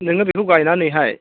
नोङो बेखौ गायनानैहाय